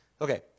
Okay